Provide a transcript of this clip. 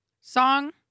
Song